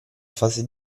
fase